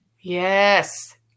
Yes